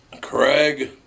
Craig